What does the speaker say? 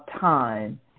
time